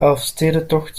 elfstedentocht